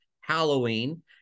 Halloween